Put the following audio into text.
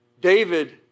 David